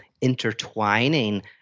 intertwining